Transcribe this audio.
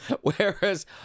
Whereas